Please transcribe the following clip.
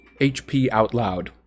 HPOutloud